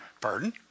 pardon